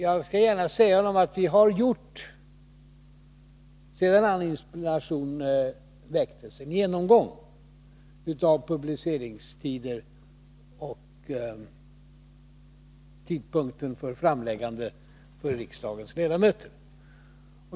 Jag skall gärna säga till Gunnar Biörck att vi sedan hans interpellation väcktes har gjort en genomgång av publiceringstider och tidpunkten för framläggande för riksdagens ledamöter.